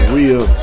Real